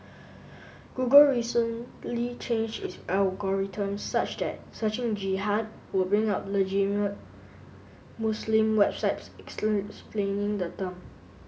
Google recently changed its algorithms such that searching Jihad would bring up Muslim websites explaining the term